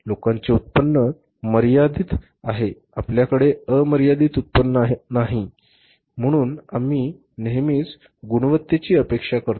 लोकांचे उत्पन्न मर्यादित आहे आपल्याकडे अमर्यादित उत्पन्न नाही म्हणून आम्ही नेहमीच गुणवत्तेची अपेक्षा करतो